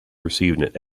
received